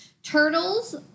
Turtles